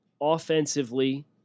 offensively